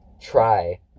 try